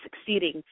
succeeding